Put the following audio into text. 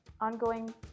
ongoing